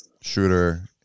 shooter